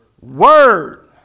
Word